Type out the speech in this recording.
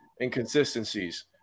inconsistencies